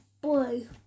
Blue